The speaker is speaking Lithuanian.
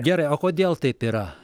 gerai o kodėl taip yra